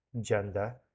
gender